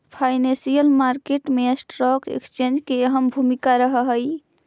financial market मैं stock exchange के अहम भूमिका रहऽ हइ